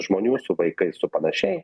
žmonių su vaikais su panašiai